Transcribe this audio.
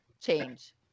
change